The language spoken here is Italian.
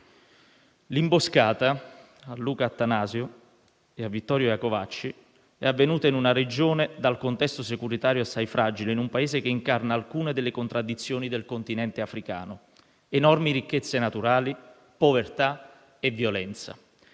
L'imboscata a Luca Attanasio e a Vittorio Iacovacci è avvenuta in una regione dal contesto securitario assai fragile, in un Paese che incarna alcune delle contraddizioni del continente africano: enormi ricchezze naturali, povertà e violenza.